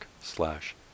slash